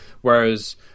Whereas